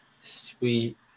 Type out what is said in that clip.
Sweet